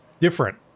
different